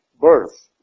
birth